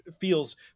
feels